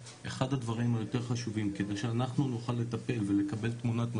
אחד הדברים היותר חשובים כדי שאנחנו נוכל לטפל ולקבל תמונת מצב,